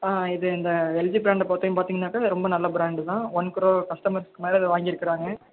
இது இந்த எல்ஜி பிராண்டை பொறுத்த வரையும் பார்த்தீங்கன்னாக்கா ரொம்ப நல்ல பிராண்டு தான் ஒன் க்ரோர் கஸ்டமர்ஸ்க்கு மேலே இதை வாங்கியிருக்கிறாங்க